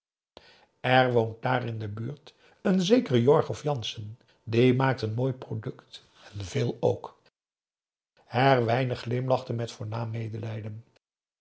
woont daar in de buurt n zekere jorg of janssen die maakt n mooi product en veel ook herwijnen glimlachte met voornaam medelijden